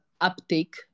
uptake